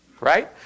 right